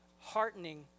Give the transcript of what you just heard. heartening